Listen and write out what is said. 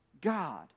God